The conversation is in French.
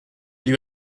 lui